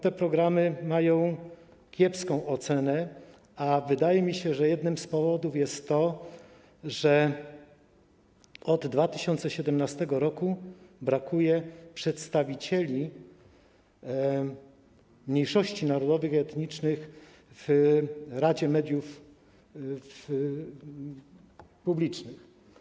Te programy mają kiepską ocenę, a wydaje mi się, że jednym z powodów jest to, że od 2017 r. brakuje przedstawicieli mniejszości narodowych i etnicznych w radzie mediów publicznych.